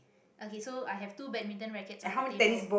okay so i have two badminton rackets on the table